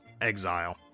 exile